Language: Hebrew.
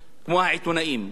כמו העיתונאים,